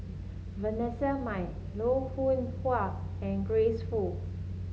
Vanessa Mae Loh Hoong Kwan and Grace Fu